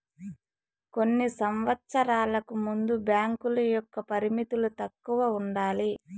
కొన్ని సంవచ్చరాలకు ముందు బ్యాంకుల యొక్క పరిమితులు తక్కువ ఉండాలి